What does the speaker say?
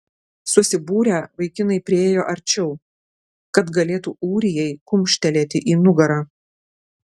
susibūrę vaikinai priėjo arčiau kad galėtų ūrijai kumštelėti į nugarą